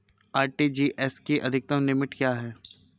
RTGS की अधिकतम limit क्या है?